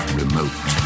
remote